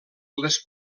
les